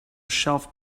shelf